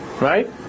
right